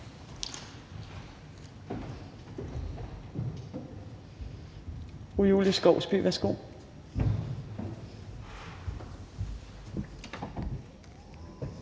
Fru Julie Skovsby, værsgo.